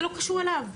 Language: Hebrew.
זה לא קשור אליו,